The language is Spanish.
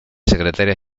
secretaria